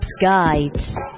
guides